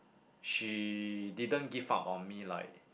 she didn't give up on me like